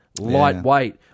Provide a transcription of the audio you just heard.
lightweight